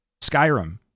Skyrim